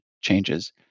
changes